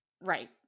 Right